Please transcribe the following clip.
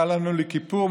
מה לנו ולכיפור?